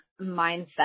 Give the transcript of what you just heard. Mindset